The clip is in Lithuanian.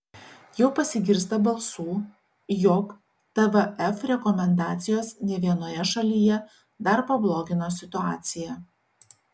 jau pasigirsta balsų jog tvf rekomendacijos ne vienoje šalyje dar pablogino situaciją